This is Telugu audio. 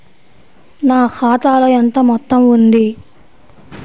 నా ఖాతాలో ఎంత మొత్తం ఉంది?